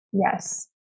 Yes